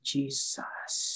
Jesus